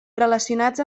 relacionats